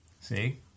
See